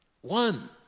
one